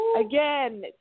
again